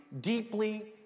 deeply